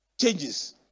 changes